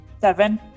Seven